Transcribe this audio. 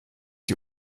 die